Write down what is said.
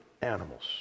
animals